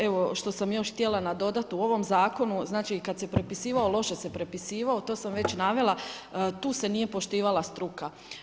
Evo što sam još htjela nadodat u ovom zakonu znači kada se prepisivao loše se prepisivao to sam već navela, tu se nije poštivala struka.